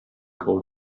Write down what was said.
cold